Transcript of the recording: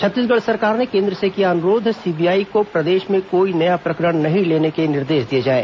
छत्तीसगढ़ सरकार ने केन्द्र से किया अनुरोध सीबीआई को प्रदेश में कोई नया प्रकरण नहीं लेने के निर्देश दिए जाएं